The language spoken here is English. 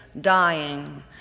dying